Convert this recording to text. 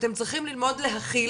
שאתם צריכים ללמוד להחיל